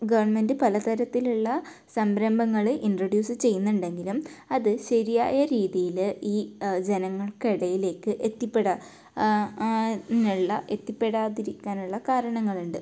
government പല തരത്തിലുള്ള സംരംഭങ്ങൾ ഇന്ട്രഡ്യൂസ് ചെയ്യുന്നുണ്ടെങ്കിലും അത് ശരിയായ രീതിയിൽ ഈ ജനങ്ങൾക്കിടയിലേക്ക് എത്തിപ്പെടാ നുള്ള എത്തിപ്പെടാതിരിക്കാനുള്ള കാരണങ്ങളുണ്ട്